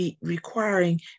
requiring